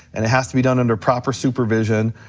and it has to be done under proper supervision,